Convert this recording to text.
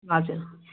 हजुर